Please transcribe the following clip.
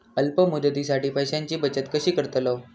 अल्प मुदतीसाठी पैशांची बचत कशी करतलव?